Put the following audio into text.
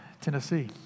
Tennessee